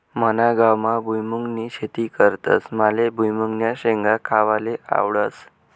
मना गावमा भुईमुंगनी शेती करतस माले भुईमुंगन्या शेंगा खावाले आवडस